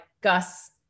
Gus